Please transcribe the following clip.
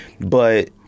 but-